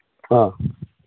ꯑꯥ